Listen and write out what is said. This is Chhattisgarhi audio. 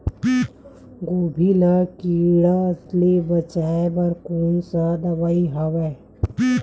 गोभी ल कीट ले बचाय बर कोन सा दवाई हवे?